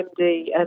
MD